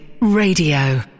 Radio